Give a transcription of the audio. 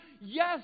yes